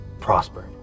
Prospered